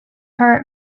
her